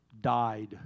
died